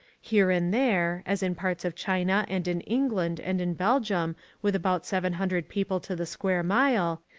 here and there, as in parts of china and in england and in belgium with about seven hundred people to the square mile,